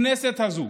הכנסת הזו